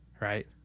Right